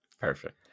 Perfect